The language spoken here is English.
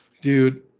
dude